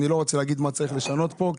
אני לא רוצה להגיד מה צריך לשנות פה,